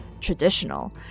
traditional